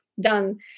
done